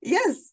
Yes